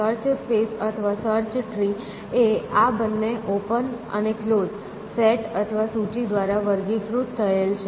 search space અથવા search tree એ આ બંને ઓપન અને ક્લોઝ સેટ અથવા સૂચિ દ્વારા વર્ગીકૃત થયેલ છે